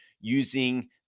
using